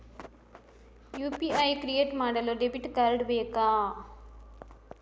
UPI create ಮಾಡಲು debit card ಬೇಕಾ?